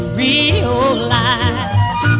realize